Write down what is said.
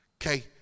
Okay